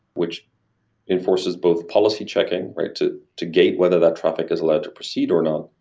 which enforces both policy checking to to gate weather that traffic is allowed to proceed or not.